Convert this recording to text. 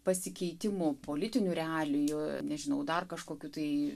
pasikeitimų politinių realijų nežinau dar kažkokių tai